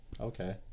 Okay